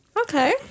okay